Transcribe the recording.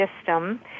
system